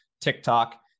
TikTok